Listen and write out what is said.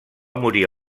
morir